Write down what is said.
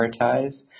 prioritize